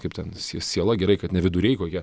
kaip ten sie siela gerai kad ne viduriai kokie